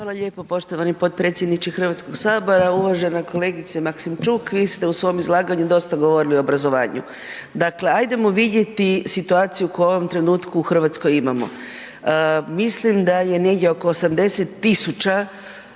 Hvala lijepo poštovani potpredsjedniče HS-a. Uvažena kolegice Maksimčuk. Vi ste u svom izlaganju dosta govorili o obrazovanju. Dakle, hajdemo vidjeti situaciju koju u ovom trenutku u Hrvatskoj imamo. Mislim da je negdje oko 80 tisuća